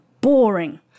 boring